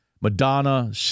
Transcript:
Madonna